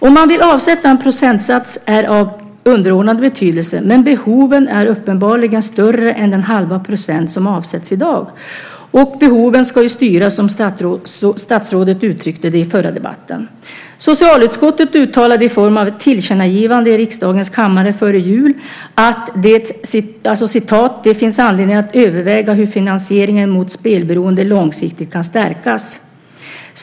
Om man vill avsätta en procentsats är av underordnad betydelse, men behoven är uppenbarligen större än den halva procent som avsätts i dag. Och behoven ska ju styra, som statsrådet uttryckte det i förra debatten. Socialutskottet uttalade i form av ett tillkännagivande i riksdagens kammare före jul: "Det finns anledning att överväga hur finansieringen mot spelberoende långsiktigt kan stärkas."